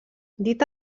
dit